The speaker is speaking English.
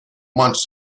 months